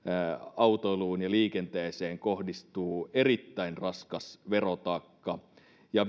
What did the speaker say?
autoiluun ja liikenteeseen kohdistuu erittäin raskas verotaakka ja